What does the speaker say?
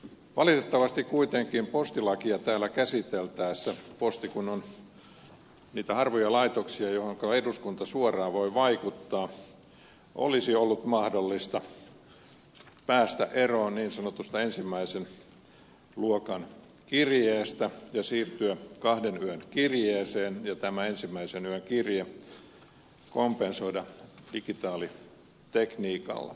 valitettavasti kuitenkin postilakia täällä käsiteltäessä posti kun on niitä harvoja laitoksia johonka eduskunta suoraan voi vaikuttaa olisi ollut mahdollista päästä eroon niin sanotusta ensimmäisen luokan kirjeestä ja siirtyä kahden yön kirjeeseen ja tämä ensimmäisen yön kirje kompensoida digitaalitekniikalla